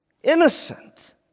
innocent